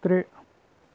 ترٛےٚ